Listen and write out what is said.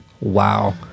Wow